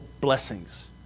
blessings